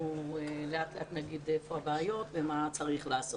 לאט לאט נגיד היכן הבעיות ומה צריך לעשות.